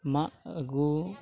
ᱢᱟᱜ ᱟᱜᱩ